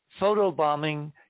photobombing